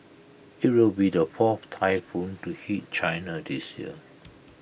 IT will be the fourth typhoon to hit China this year